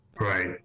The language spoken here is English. Right